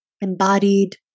embodied